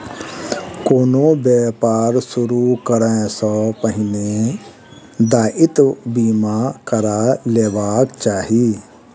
कोनो व्यापार शुरू करै सॅ पहिने दायित्व बीमा करा लेबाक चाही